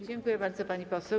Dziękuję bardzo, pani poseł.